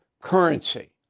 currency